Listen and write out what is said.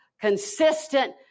consistent